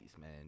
man